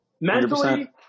Mentally